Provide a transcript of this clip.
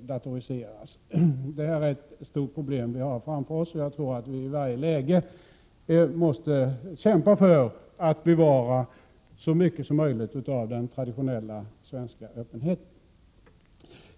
datoriseras. Detta är ett stort problem som vi har framför oss, och jag tror att vi i varje läge måste kämpa för att bevara så mycket som möjligt av den traditionella svenska öppenheten.